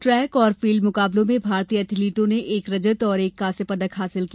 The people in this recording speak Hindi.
ट्रैक और फील्ड मुकाबलों में भारतीय एथलीटों ने एक रजत और एक कांस्य पदक हासिल किया